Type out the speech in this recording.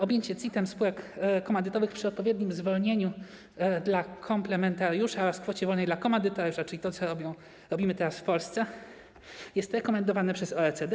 Objęcie CIT-em spółek komandytowych przy odpowiednim zwolnieniu dla komplementariusza oraz kwocie wolnej dla komandytariusza, czyli to, co robimy teraz w Polsce, jest rekomendowane przez OECD.